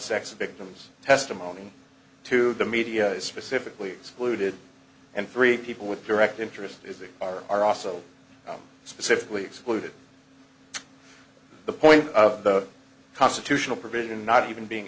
addictions testimony to the media is specifically excluded and three people with direct interest as they are are also specifically excluded the point of the constitutional provision not even being